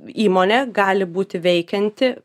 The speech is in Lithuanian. įmonė gali būti veikianti